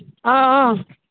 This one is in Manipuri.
ꯑꯥ ꯑꯥ